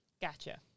Gotcha